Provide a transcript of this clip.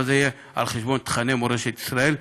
אבל זה יהיה על חשבון תוכני מורשת ישראל.